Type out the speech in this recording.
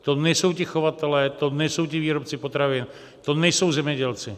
To nejsou ti chovatelé, to nejsou ti výrobci potravin, to nejsou zemědělci.